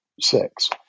six